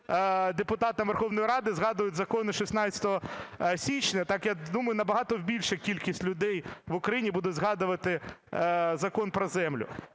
депутатам Верховної Ради згадують закони 16 січня. Так я думаю, набагато більша кількість людей в Україні будуть згадувати закон про землю.